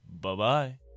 Bye-bye